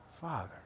Father